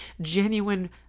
genuine